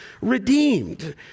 redeemed